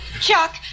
Chuck